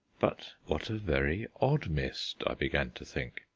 but what a very odd mist, i began to think.